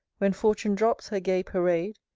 when fortune drops her gay parade.